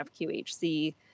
FQHC